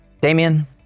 damien